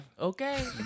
okay